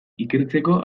ikertzeko